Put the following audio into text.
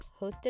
hosted